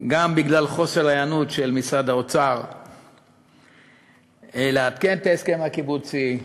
גם בגלל חוסר היענות של משרד האוצר לעדכן את ההסכם הקיבוצי,